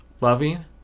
Loving